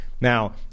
now